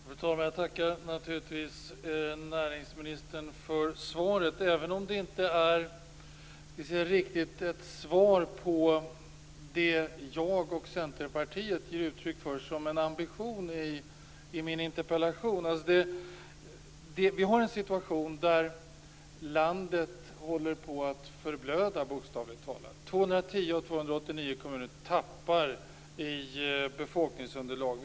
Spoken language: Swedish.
Fru talman! Jag tackar naturligtvis näringsministern för svaret, även om det inte riktigt är ett svar på det som jag och Centerpartiet uttrycker som en ambition i min interpellation. Vi har en situation där landet håller på att förblöda, bokstavligt talat. 210 av 289 kommuner tappar i befolkningsunderlag.